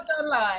online